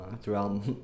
throughout